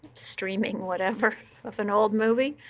streaming whatever of an old movie.